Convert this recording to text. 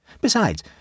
Besides